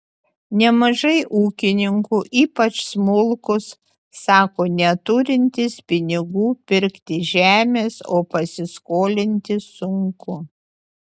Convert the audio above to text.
nemažai ūkininkų ypač smulkūs sako neturintys pinigų pirkti žemės o pasiskolinti sunku